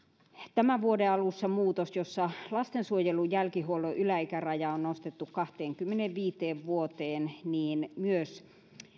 tämän vuoden alussa muutos jossa lastensuojelun jälkihuollon yläikäraja on nostettu kahteenkymmeneenviiteen vuoteen niin myös